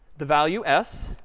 the value s.